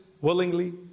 willingly